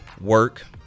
work